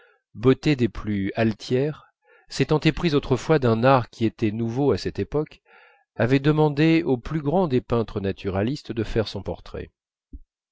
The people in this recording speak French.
beauté des plus altières s'étant éprise autrefois d'un art qui était nouveau à cette époque avait demandé au plus grand des peintres naturalistes de faire son portrait